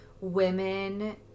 women